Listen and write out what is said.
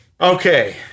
Okay